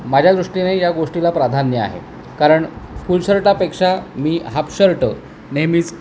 माझ्या दृष्टीने या गोष्टीला प्राधान्य आहे कारण फूल शर्टापेक्षा मी हाफ शर्ट नेहमीच